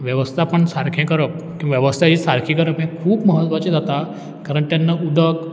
सारकें करप वेवस्था ही सारकी करप हें खूब महत्वाचें जाता कारण तेन्ना उदक